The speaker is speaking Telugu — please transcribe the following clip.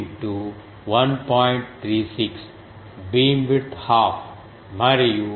36 బీమ్విడ్త్ హఫ్ మరియు అది 5